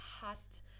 past